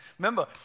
Remember